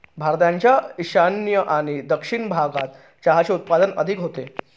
भारताच्या ईशान्य आणि दक्षिण भागात चहाचे उत्पादन अधिक होते